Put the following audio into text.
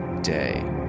day